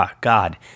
God